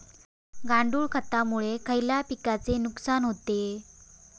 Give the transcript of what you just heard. गांडूळ खतामुळे खयल्या पिकांचे नुकसान होते?